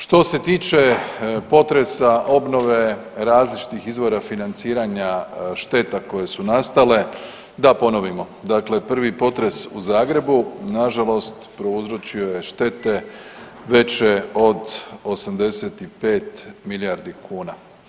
Što se tiče potresa, obnove, različitih izvora financiranja šteta koje su nastale, da ponovimo dakle prvi potres u Zagrebu nažalost prouzročio je štete veće od 85 milijardi kuna.